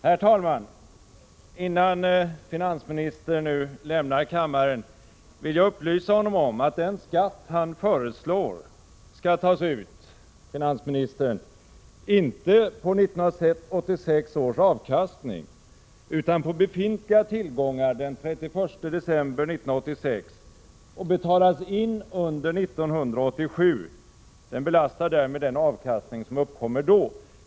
Herr talman! Innan finansministern nu lämnar kammaren vill jag upplysa honom om att den skatt han föreslår inte skall tas ut på 1986 års avkastning. Den skall tas ut på befintliga tillgångar den 31 december 1986 och betalas in under 1987. Den belastar därmed den avkastning som kommer då.